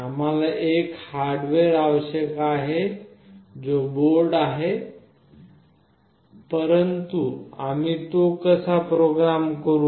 आम्हाला एक हार्डवेअर आवश्यक आहे जो बोर्ड आहे परंतु आम्ही तो कसा प्रोग्राम करू